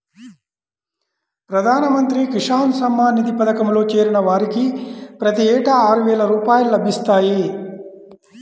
ప్రధాన మంత్రి కిసాన్ సమ్మాన్ నిధి పథకంలో చేరిన వారికి ప్రతి ఏటా ఆరువేల రూపాయలు లభిస్తాయి